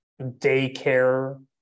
daycare